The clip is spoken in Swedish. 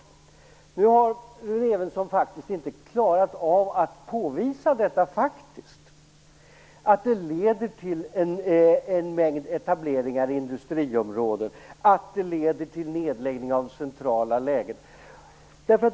Men Evensson har inte klarat av att visa att detta faktiskt leder till en mängd etableringar i industriområden och till nedläggningar i centrala lägen.